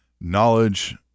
knowledge